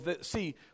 see